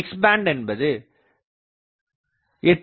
X band என்பது 8